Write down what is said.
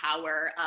power